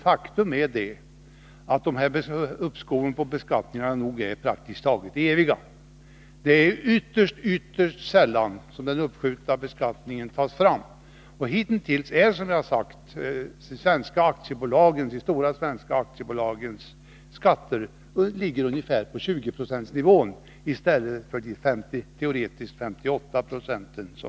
Faktum är nämligen att uppskoven i beskattningen är praktiskt taget eviga. Det är ytterst sällan som den uppskjutna beskattningen tas fram. Hittills ligger, som jag har sagt, de stora svenska aktiebolagens skatter ungefär på 20-procentsnivån — i stället för de 58 Jo som teoretiskt skall utgå.